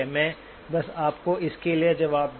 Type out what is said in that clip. मैं बस आपको इसके लिए जवाब दूं